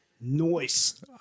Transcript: noise